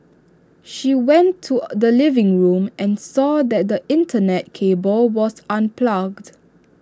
she went to the living room and saw that the Internet cable was unplugged